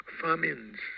famines